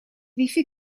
wifi